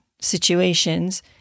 situations